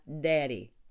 daddy